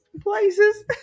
places